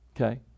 Okay